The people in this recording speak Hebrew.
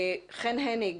חן הניג